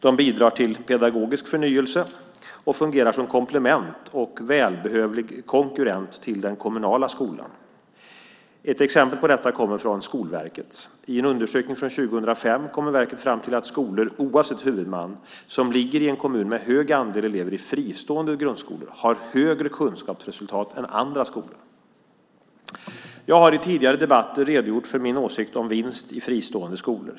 De bidrar till pedagogisk förnyelse och fungerar som komplement och välbehövlig konkurrent till den kommunala skolan. Ett exempel på detta kommer från Skolverket. I en undersökning från 2005 kommer verket fram till att skolor, oavsett huvudman, som ligger i en kommun med hög andel elever i fristående grundskolor har högre kunskapsresultat än andra skolor. Jag har i tidigare debatter redogjort för min åsikt om vinst i fristående skolor.